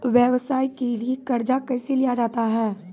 व्यवसाय के लिए कर्जा कैसे लिया जाता हैं?